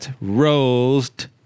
Roast